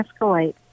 escalate